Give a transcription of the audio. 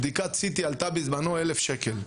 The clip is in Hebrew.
בדיקת CT עלתה בזמנו 1,000 שקל,